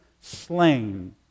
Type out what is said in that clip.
slain